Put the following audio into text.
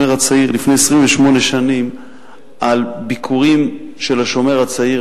הצעיר" לפני 28 שנים על ביקורים של "השומר הצעיר"